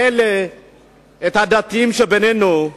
לדתיים שבינינו,